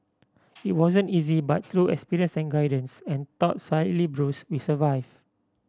it wasn't easy but through experience and guidance and though slightly bruised we survive